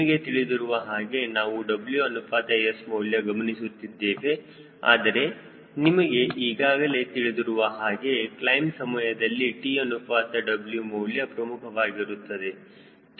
ನಿಮಗೆ ತಿಳಿದಿರುವ ಹಾಗೆ ನಾವು W ಅನುಪಾತ S ಮೌಲ್ಯ ಗಮನಿಸುತ್ತಿದ್ದೇವೆ ಆದರೆ ನಿಮಗೆ ಈಗಾಗಲೇ ತಿಳಿದಿರುವ ಹಾಗೆ ಕ್ಲೈಮ್ ಸಮಯದಲ್ಲಿ T ಅನುಪಾತ W ಮೌಲ್ಯ ಪ್ರಮುಖವಾಗಿರುತ್ತದೆ